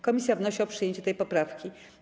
Komisja wnosi o przyjęcie tej poprawki.